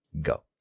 go